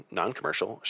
non-commercial